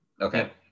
Okay